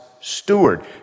steward